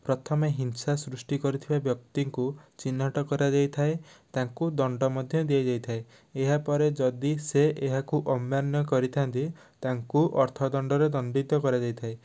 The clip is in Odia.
ପ୍ରଥମେ ହିଂସା ସୃଷ୍ଟି କରିଥିବା ବ୍ୟକ୍ତିଙ୍କୁ ଚିହ୍ନଟ କରାଯାଇଥାଏ ତାଙ୍କୁ ଦଣ୍ଡ ମଧ୍ୟ ଦିଆଯାଇଥାଏ ଏହାପରେ ଯଦି ସେ ଏହାକୁ ଅମାନ୍ୟ କରିଥାନ୍ତି ତାଙ୍କୁ ଅର୍ଥ ଦଣ୍ଡରେ ଦଣ୍ଡିତ କରାଯାଇଥାଏ